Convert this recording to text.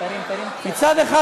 מצד אחד,